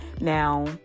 now